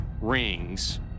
rings